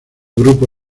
grupo